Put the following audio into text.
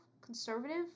conservative